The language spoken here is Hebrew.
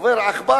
עובר עכבר,